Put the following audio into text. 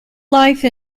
life